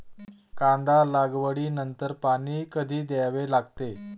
कांदा लागवडी नंतर पाणी कधी द्यावे लागते?